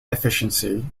efficiency